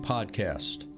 Podcast